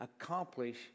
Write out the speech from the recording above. accomplish